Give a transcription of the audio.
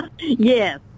Yes